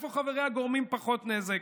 איפה חבריה גורמים פחות נזק.